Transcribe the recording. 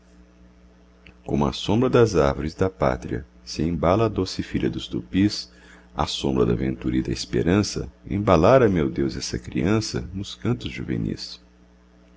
como à sombra das árvores da pátria sembala a doce filha dos tupis a sombra da ventura e da esperança embalara meu deus essa criança nos cantos juvenis